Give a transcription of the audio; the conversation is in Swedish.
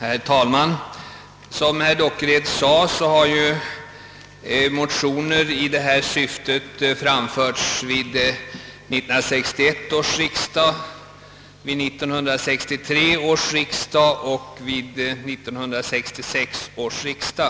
Herr talman! Såsom herr Dockered framhöll har motioner i samma syfte som det nu aktuella väckts vid 1961 års riksdag, vid 1963 års riksdag och vid 1966 års riksdag.